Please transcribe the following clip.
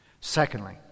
Secondly